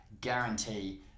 guarantee